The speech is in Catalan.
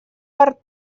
per